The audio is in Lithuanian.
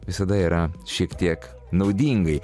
visada yra šiek tiek naudingai